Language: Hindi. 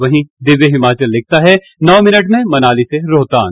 वहीं दिव्य हिमाचल लिखता है नौ मिनट में मनाली से रोहतांग